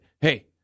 Hey